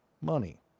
Money